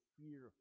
fear